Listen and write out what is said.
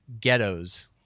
ghettos